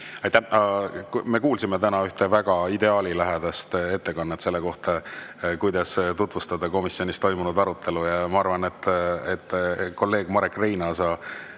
Me kuulsime täna ühte väga ideaalilähedast ettekannet[, näidet] selle kohta, kuidas tutvustada komisjonis toimunud arutelu. Ma arvan, et kolleeg Marek Reinaasa